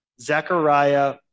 Zechariah